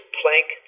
plank